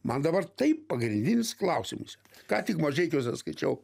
man dabar tai pagrindinis klausimas ką tik mažeikiuose skaičiau